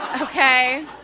Okay